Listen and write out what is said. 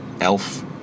Elf